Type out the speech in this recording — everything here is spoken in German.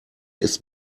ist